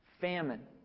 Famine